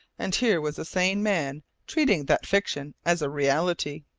and here was a sane man treating that fiction as a reality.